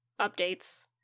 updates